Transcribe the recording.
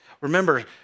Remember